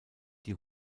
die